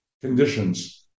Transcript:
conditions